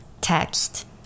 text